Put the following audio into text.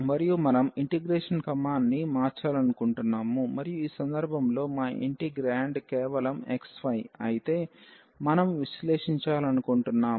మరియు మనం ఇంటిగ్రేషన్ క్రమాన్ని మార్చాలనుకుంటున్నాము మరియు ఈ సందర్భంలో మా ఇంటిగ్రేండ్ కేవలం xy అయితే మనం విశ్లేషించాలనుకుంటున్నాము